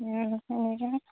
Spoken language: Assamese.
এনেকৈনে